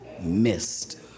missed